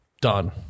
Done